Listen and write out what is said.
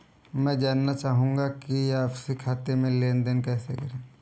मैं जानना चाहूँगा कि आपसी खाते में लेनदेन कैसे करें?